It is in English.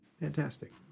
fantastic